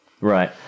Right